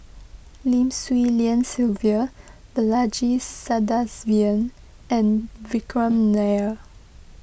Lim Swee Lian Sylvia Balaji Sadasivan and Vikram Nair